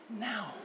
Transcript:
now